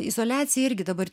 izoliacija irgi dabar